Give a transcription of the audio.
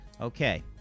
Okay